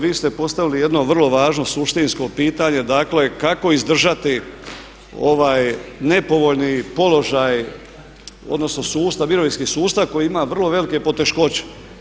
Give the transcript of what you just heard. Vi ste postavili jedno vrlo važno suštinsko pitanje, dakle kako izdržati ovaj nepovoljni položaj, odnosno sustav, mirovinski sustav koji ima vrlo velike poteškoće?